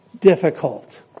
difficult